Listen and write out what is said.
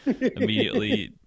immediately